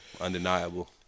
undeniable